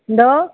എന്തോ